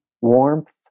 warmth